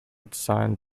designed